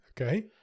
Okay